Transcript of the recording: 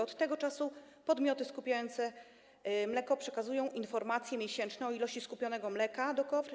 Od tego czasu podmioty skupujące mleko przekazują informację miesięczną o ilości skupionego mleka do KOWR.